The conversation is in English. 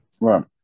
Right